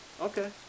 Okay